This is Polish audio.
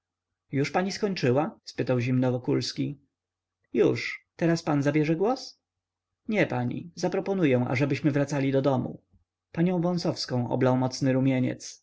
już pani skończyła spytał zimno wokulski już teraz pan zabierze głos nie pani zaproponuję ażebyśmy wracali do domu panią wąsowską oblał mocny rumieniec